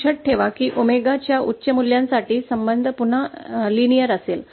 लक्षात ठेवा की 𝞈 च्या उच्च मूल्यांसाठी संबंध पुन्हा रेषात्मक असेल